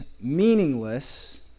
meaningless